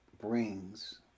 brings